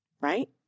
right